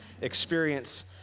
experience